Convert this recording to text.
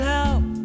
help